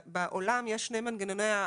בעולם יש שני מנגנונים.